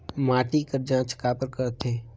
माटी कर जांच काबर करथे?